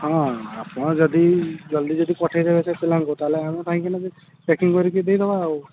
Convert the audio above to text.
ହଁ ଆପଣ ଯଦି ଜଲ୍ଦି ଯଦି ପଠାଇ ଦେବେ ସେ ପିଲାଙ୍କୁ ତା'ହେଲେ ଆମେ କାହିଁକିନା ଯେ ପ୍ୟାକିଂ କରିକି ଦେଇ ଦେବା ଆଉ